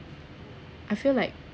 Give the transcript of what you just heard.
I feel like